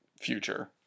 future